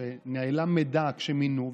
שנעלם מידע כשמינו,